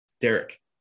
Derek